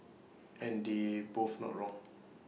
and they're both not wrong